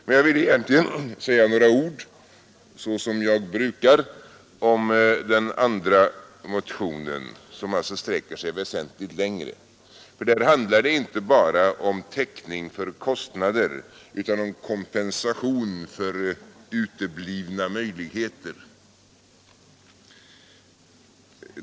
Men jag vill egentligen säga några ord — såsom jag brukar — om den andra motionen, som alltså sträcker sig väsentligt längre, för där handlar det inte bara om täckning av kostnader utan om kompensation för uteblivna möjligheter.